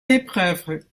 épreuves